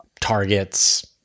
targets